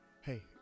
Hey